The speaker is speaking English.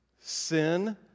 sin